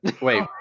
Wait